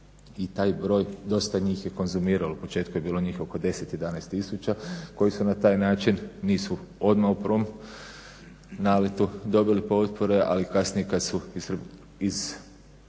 i taj broj dosta njih je konzumiralo. U početku je bilo njih oko 10, 11 tisuća koji na taj način nisu odmah u prvom naletu dobili potpore ali kasnije kad su